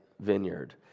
vineyard